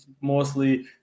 mostly